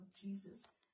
Jesus